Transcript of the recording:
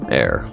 air